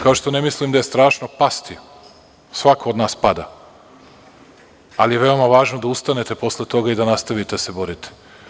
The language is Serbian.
Kao što ne mislim da je strašno pasti, svako od nas pada, ali je veoma važno da ustanete posle toga i da nastavite da se borite.